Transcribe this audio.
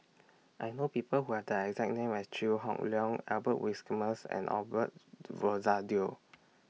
I know People Who Have The exact name as Chew Hock Leong Albert Winsemius and Osbert Rozario